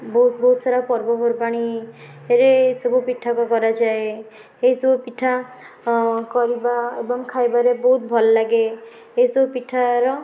ବହୁତ ବହୁତ ସାରା ପର୍ବ ପର୍ବାଣିରେ ସବୁ ପିଠାକୁ କରାଯାଏ ଏହିସବୁ ପିଠା କରିବା ଏବଂ ଖାଇବାରେ ବି ବହୁତ ଭଲ ଲାଗେ ଏହି ସବୁ ପିଠାର